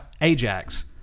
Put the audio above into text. Ajax